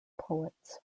poets